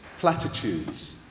platitudes